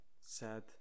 sad